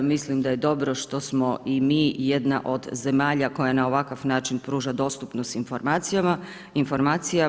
Mislim da je dobro što smo i mi jedna od zemalja koja na ovakav način pruža dostupnost informacijama.